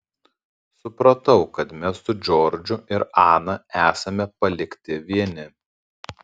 supratau kad mes su džordžu ir ana esame palikti vieni